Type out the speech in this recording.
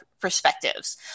perspectives